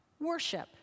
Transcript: worship